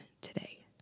today